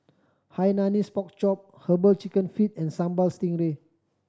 Hainanese Pork Chop Herbal Chicken Feet and Sambal Stingray